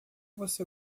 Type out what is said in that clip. você